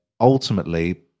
ultimately